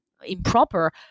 Improper